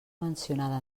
mencionada